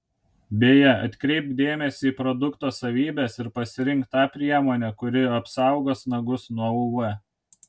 beje atkreipk dėmesį į produkto savybes ir pasirink tą priemonę kuri apsaugos nagus nuo uv